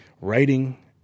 writing